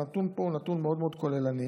הנתון פה הוא נתון מאוד מאוד כוללני.